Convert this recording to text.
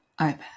iPad